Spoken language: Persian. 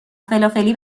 فلافلی